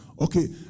Okay